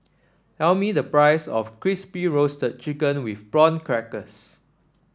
tell me the price of Crispy Roasted Chicken with Prawn Crackers